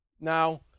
Now